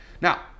Now